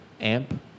Amp